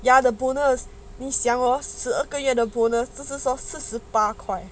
ya the bonus 你像 hor 十二个月的 bonus 只是说四十八块